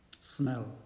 smell